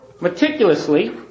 meticulously